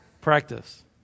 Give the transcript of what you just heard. Practice